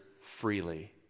freely